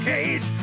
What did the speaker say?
Cage